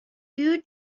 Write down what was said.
few